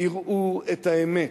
יראו את האמת,